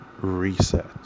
reset